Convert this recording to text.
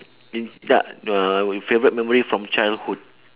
mm ya the your favourite memory from childhood